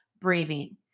breathing